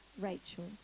Rachel